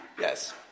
yes